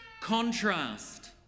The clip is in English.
contrast